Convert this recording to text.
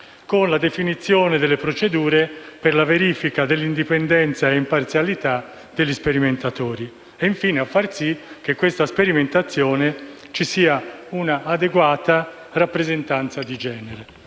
con la definizione delle procedure per la verifica dell'indipendenza e dell'imparzialità degli sperimentatori e, infine, per far sì che in questa sperimentazione ci sia un'adeguata rappresentanza di genere.